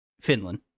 Finland